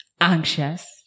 anxious